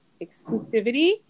exclusivity